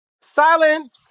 silence